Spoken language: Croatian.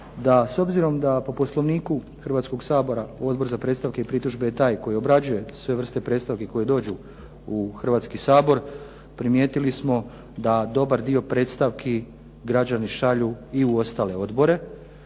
da s obzirom da po Poslovniku Hrvatskog sabora Odbor za predstavke i pritužbe je taj koji obrađuje sve vrste predstavki koje dođu u Hrvatski sabor, primijetili smo da dobar dio predstavki građani šalju i ostale odbore